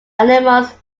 anemones